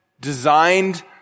designed